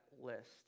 list